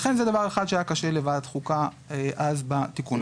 לכן זה דבר אחד שהיה לוועדת חוקה אז בתיקון ההוא.